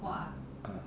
ah